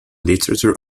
literature